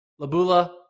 Labula